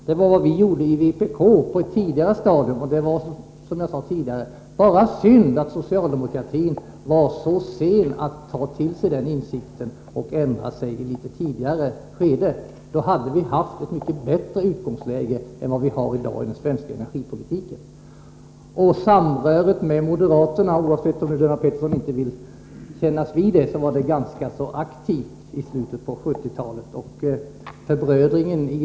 Det var vad vi i vpk gjorde på ett tidigare stadium. Det är bara synd att socialdemokratin så sent tog till sig dessa nya fakta. Om socialdemokraterna hade kommit till insikt och ändrat sig i ett tidigare skede, hade vi haft ett mycket bättre utgångsläge än vi i dag har i svensk energipolitik. Socialdemokraternas samröre med moderaterna var — oavsett om Lennart Pettersson vill kännas vid det eller inte — ganska omfattande i slutet på 1970-talet.